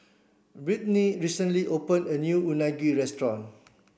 Brittny recently opened a new Unagi restaurant